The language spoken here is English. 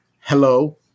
Hello